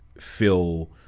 feel